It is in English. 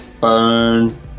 burn